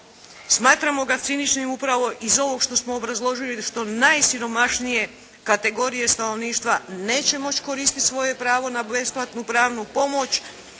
smatramo ga ciničnim upravo iz ovog što smo obrazložili da su to najsiromašnije kategorije stanovništva neće moći koristiti svoje pravo na besplatnu pravnu pomoć,